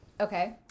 okay